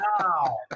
Wow